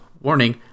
warning